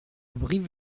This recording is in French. brive